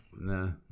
No